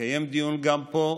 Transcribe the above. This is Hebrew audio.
התקיים דיון גם פה,